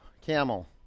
Camel